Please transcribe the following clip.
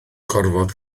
gorfod